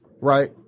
Right